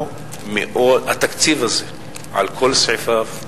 התקציב הזה על כל סעיפיו,